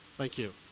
thank you